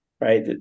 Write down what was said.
right